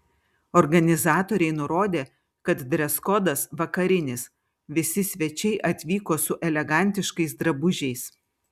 organizatoriai nurodė kad dreskodas vakarinis visi svečiai atvyko su elegantiškais drabužiais